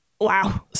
Wow